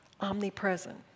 omnipresent